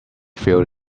fill